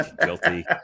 guilty